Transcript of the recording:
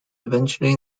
eventually